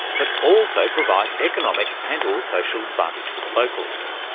but also provide economic and or social advantage for the locals.